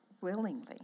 willingly